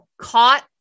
caught